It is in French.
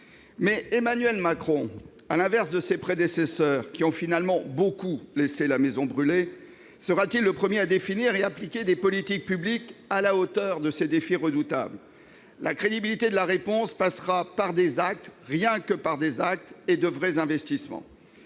à Johannesburg. À l'inverse de ses prédécesseurs, qui ont finalement beaucoup laissé brûler la maison, Emmanuel Macron sera-t-il le premier à définir et appliquer des politiques publiques à la hauteur de ces défis redoutables ? La crédibilité de la réponse passera par des actes, rien que par des actes, et par de vrais investissements.